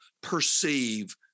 perceive